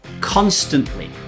constantly